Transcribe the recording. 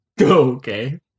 Okay